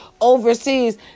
overseas